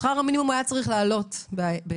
שכר המינימום היה צריך לעלות באפריל,